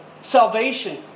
salvation